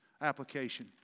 Application